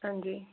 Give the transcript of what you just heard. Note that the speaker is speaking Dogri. हांजी